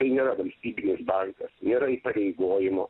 tai nėra valstybinis daiktas yra įpareigojimų